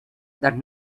that